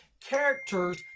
characters